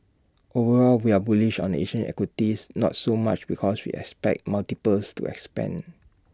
overall we are bullish on Asian equities not so much because we expect multiples to expand